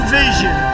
vision